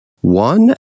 one